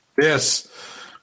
Yes